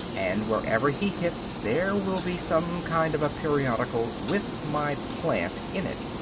and wherever he hits there will be some kind of a periodical with my plant in it.